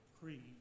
Creed